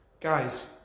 guys